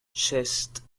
шесть